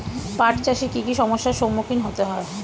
পাঠ চাষে কী কী সমস্যার সম্মুখীন হতে হয়?